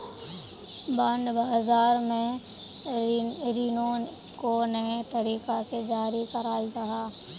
bond बाज़ार में रीनो को नए तरीका से जारी कराल जाहा